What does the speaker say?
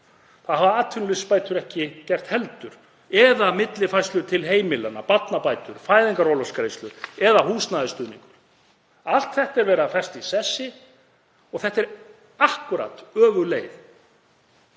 Það hafa atvinnuleysisbætur ekki gert heldur eða millifærslur til heimilanna; barnabætur, fæðingarorlofsgreiðslur eða húsnæðisstuðningur. Allt þetta er verið að festa í sessi og þetta er akkúrat öfug leið